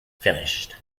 finished